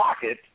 Pocket